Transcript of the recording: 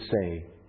say